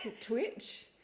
twitch